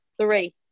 three